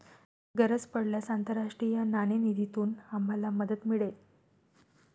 गरज पडल्यास आंतरराष्ट्रीय नाणेनिधीतून आम्हाला मदत मिळेल